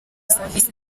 serivisi